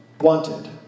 wanted